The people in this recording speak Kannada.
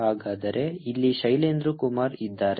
ಹಾಗಾದರೆ ಇಲ್ಲಿ ಶೈಲೇಂದ್ರ ಕುಮಾರ್ ಇದ್ದಾರೆ